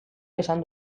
esan